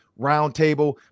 roundtable